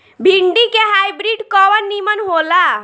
भिन्डी के हाइब्रिड कवन नीमन हो ला?